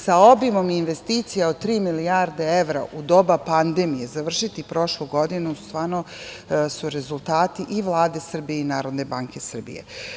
Sa obimom investicija od tri milijarde evra u doba pandemije, završiti prošlu godinu stvarno su rezultati i Vlade Srbije i NBS.